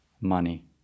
money